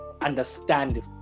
understand